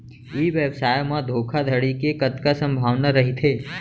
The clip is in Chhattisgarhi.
ई व्यवसाय म धोका धड़ी के कतका संभावना रहिथे?